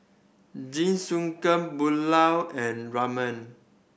Jingisukan Pulao and Ramen